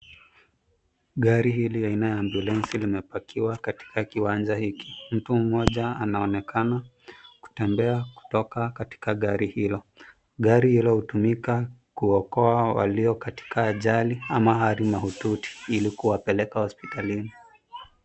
Gari hili aina ya ambulensi limepakiwa katika kiwanja hiki. Mtu moja anaonekana kutembea kutoka gari hilo. Gari hilo hutumika kuoka walio katika ajali ama hali mahututi ili kuwapeleka hospitalini.